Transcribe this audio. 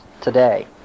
today